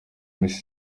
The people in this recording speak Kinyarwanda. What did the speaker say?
miss